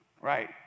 Right